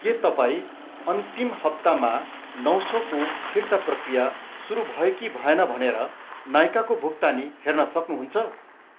के तपाईँ अन्तिम हप्तामा नौ सयको फिर्ता प्रक्रिया सुरु भयो कि भएन भनेर नाइकाको भुक्तानी हेर्न सक्नुहुन्छ